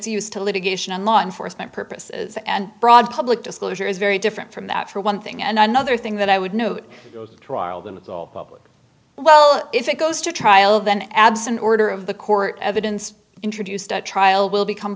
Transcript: use to litigation and law enforcement purposes and broad public disclosure is very different from that for one thing and another thing that i would note trial that it's all public well if it goes to trial then absent order of the court evidence introduced at trial will become